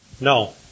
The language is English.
No